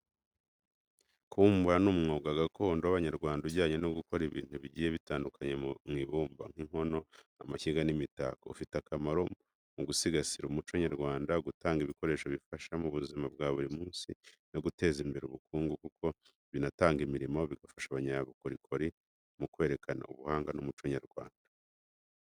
Kubumba ni umwuga gakondo w’abanyarwanda ujyanye no gukora ibintu bigiye bitandukanye mu ibumba, nk’inkono, amashyiga n’imitako. Ufite akamaro mu gusigasira umuco nyarwanda, gutanga ibikoresho bifasha mu buzima bwa buri munsi, no guteza imbere ubukungu kuko binatanga imirimo, bigafasha abanyabukorikori mu kwerekana ubuhanga n’umuco nyarwanda.